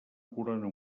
corona